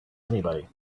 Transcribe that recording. anybody